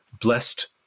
blessed